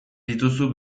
dituzu